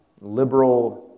liberal